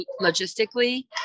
logistically